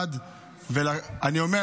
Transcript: את זה הוא לא יכול.